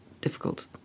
difficult